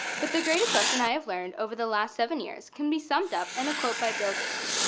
but the greatest lesson i have learned over the last seven years can be summed up in a quote by bill gates.